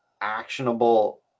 actionable